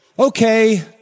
Okay